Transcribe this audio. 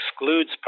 excludes